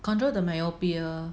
control the myopia